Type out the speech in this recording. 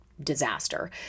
disaster